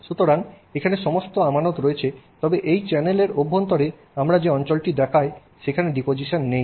সুতরাং এখানে সমস্ত আমানত রয়েছে তবে এই চ্যানেলের অভ্যন্তরে আমরা যে অঞ্চলটি দেখাই সেখানে ডিপোজিশন নেই